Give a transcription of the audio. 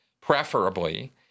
preferably